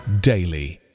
daily